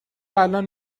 الان